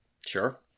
sure